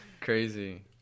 Crazy